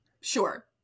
Sure